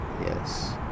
Yes